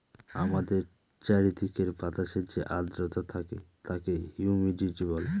আমাদের চারিদিকের বাতাসে যে আদ্রতা থাকে তাকে হিউমিডিটি বলে